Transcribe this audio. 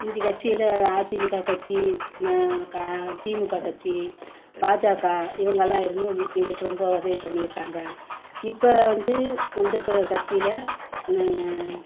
முந்தி கட்சியில் அதிமுக கட்சி ம கா திமுக கட்சி பாஜாகா இவங்கெல்லாம் இருந்தும் எங்களுக்கு ரொம்ப உதவி பண்ணிருக்காங்க இப்போ வந்து வந்துருக்கிற கட்சியில்